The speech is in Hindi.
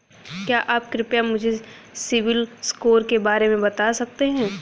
क्या आप कृपया मुझे सिबिल स्कोर के बारे में बता सकते हैं?